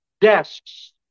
desks